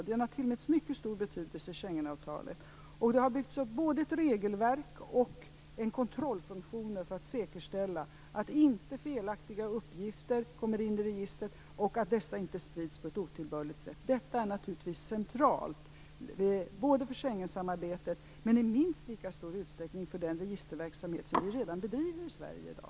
Den har tillmätts mycket stor betydelse i Schengenavtalet. Det har byggts upp både ett regelverk och en kontrollfunktion för att säkerställa att felaktiga uppgifter inte kommer in i registret och att dessa inte sprids på ett otillbörligt sätt. Detta är naturligtvis centralt för Schengensamarbetet och i minst lika stor utsträckning för den registerverksamhet som vi redan bedriver i Sverige i dag.